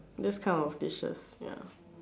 this kind of dishes